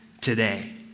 today